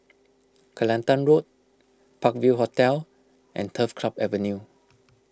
Kelantan Road Park View Hotel and Turf Club Avenue